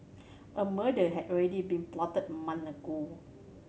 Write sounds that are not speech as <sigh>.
a murder had already been plotted a <unintelligible> ago